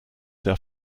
der